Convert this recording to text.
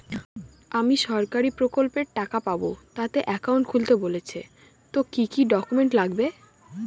আমি সরকারি প্রকল্পের টাকা পাবো তাতে একাউন্ট খুলতে হবে বলছে তো কি কী ডকুমেন্ট লাগবে?